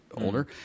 older